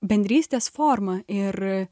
bendrystės forma ir